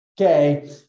Okay